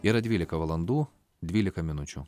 yra dvylika valandų dvylika minučių